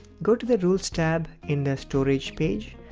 go to the rules tab in the storage page,